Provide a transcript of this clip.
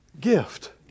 gift